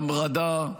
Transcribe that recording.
-- והמרדה,